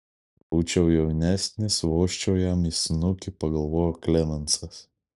būčiau jaunesnis vožčiau jam į snukį pagalvojo klemensas